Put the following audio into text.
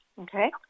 okay